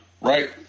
Right